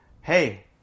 hey